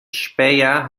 speyer